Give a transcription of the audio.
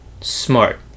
smart